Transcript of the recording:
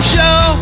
Show